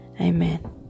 amen